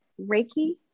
Reiki